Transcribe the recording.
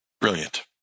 Brilliant